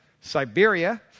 Siberia